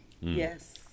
Yes